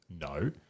no